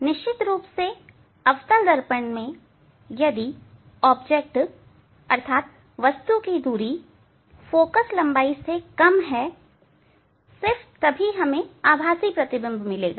निश्चित रूप से अवतल दर्पण में यदि वस्तु की दूरी फोकललंबाई से कम है सिर्फ तभी हमें आभासी प्रतिबिंब मिलेगा